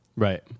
Right